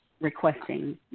requesting